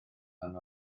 pan